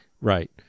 Right